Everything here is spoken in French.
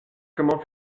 comment